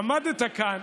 עמדת כאן,